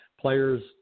players